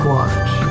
Watch